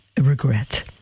regret